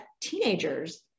teenagers